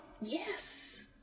Yes